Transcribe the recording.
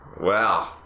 Wow